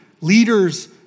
leaders